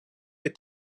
est